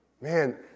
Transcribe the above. Man